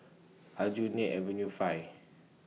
Aljunied Avenue five